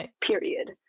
period